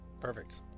Perfect